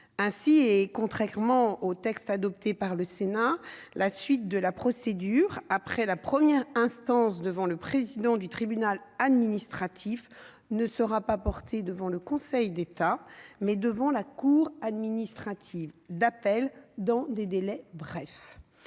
recours. Contrairement au texte adopté par le Sénat, la suite de la procédure d'appel après la première décision du président du tribunal administratif sera portée non pas devant le Conseil d'État, mais devant la cour administrative d'appel, dans des délais brefs.